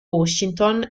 washington